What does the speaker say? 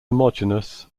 homogeneous